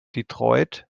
detroit